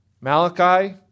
Malachi